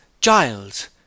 Giles